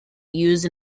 use